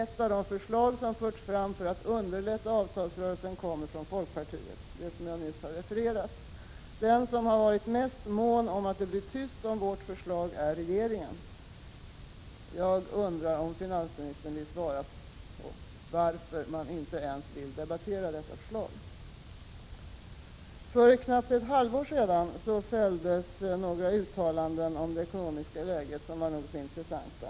Ett av de förslag som har förts fram för att underlätta avtalsrörelsen kommer från folkpartiet, som jag nyss refererade. Den som varit mest mån om att det blir tyst om vårt förslag är regeringen. Jag undrar om finansministern kan tala om varför regeringen inte ens vill debattera detta förslag. För ett knappt halvår sedan fälldes några uttalanden om det ekonomiska läget som var nog så intressanta.